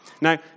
Now